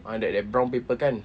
ah that that brown paper kan